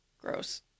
Gross